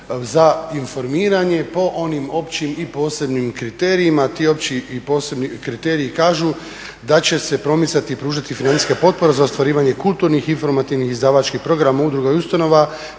za informiranje po onim općim i posebnim kriterijima. Ti opći i posebni kriteriji kažu da će se promicati i pružati financijska potpora za ostvarivanje kulturnih, informativnih, izdavačkih programa udruga i ustanova